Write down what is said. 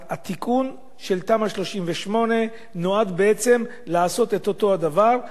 התיקון של תמ"א 38 נועד בעצם לעשות את אותו הדבר,